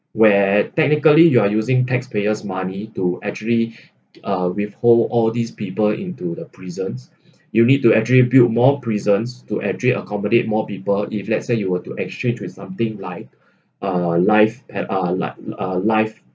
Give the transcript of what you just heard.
where technically you are using taxpayers money to actually uh withhold all these people into the prisons you will need to actually build more prisons to actually accommodate more people if let's say you were to exchange with something like uh life at uh uh life